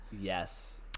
Yes